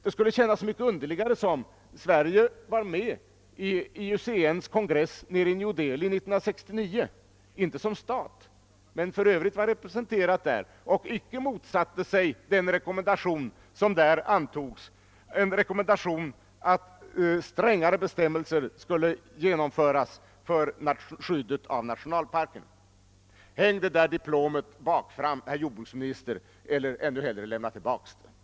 Det borde kännas så mycket underligare som Sverige var representerat — låt vara inte som stat — vid IUCN:s kongress i New Delhi 1969 och icke motsatte sig den rekommendation som där antogs om att strängare bestämmelser skulle genomföras för skyddet av nationalparker. Häng det där diplomet bakfram, herr jordbruksminister, eller, ännu hellre, lämna tillbaka det! Herr talman!